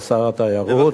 לשר התיירות.